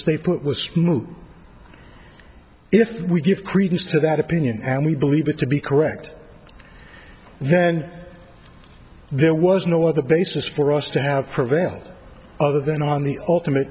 put was smooth if we give credence to that opinion and we believe it to be correct then there was no other basis for us to have prevailed other than on the ultimate